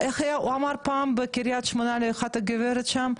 איך הוא אמר פעם בקרית שמונה לגברת אחת שם?